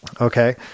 Okay